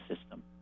system